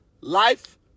Life